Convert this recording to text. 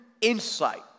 insight